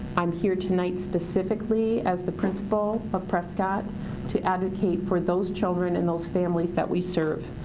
i'm here tonight specifically as the principal of prescott to advocate for those children and those families that we serve.